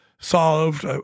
solved